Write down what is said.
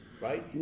right